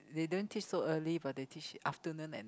they don't teach so early but they teach afternoon and